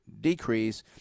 decrease